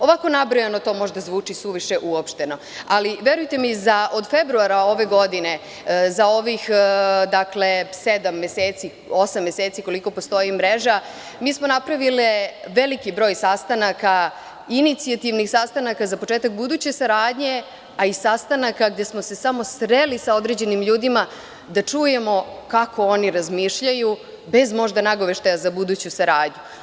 Ovako nabrojano to možda zvuči suviše uopšteno, ali verujte mi, od februara ove godine, za ovih sedam, osam meseci, koliko postoji mreža, mi smo napravile veliki broj inicijativnih sastanaka za početak buduće saradnje, a i sastanaka gde smo se samo sreli sa određenim ljudima, da čujemo kako oni razmišljaju, bez možda nagoveštaja za buduću saradnju.